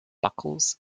buckles